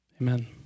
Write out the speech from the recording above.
Amen